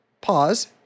pause